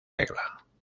regla